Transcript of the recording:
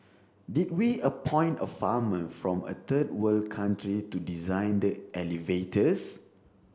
did we appoint a farmer from a third world country to design the elevators